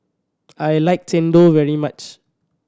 I like chendol very much